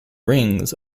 rings